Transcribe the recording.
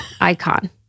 Icon